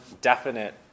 definite